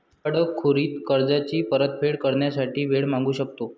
दिवाळखोरीत कर्जाची परतफेड करण्यासाठी वेळ मागू शकतो